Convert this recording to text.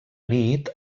nit